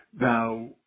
Now